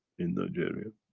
in nigeria?